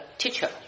teacher